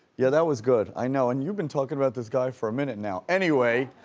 yeah, that was good, i know, and you've been talking about this guy for a minute now. anyway,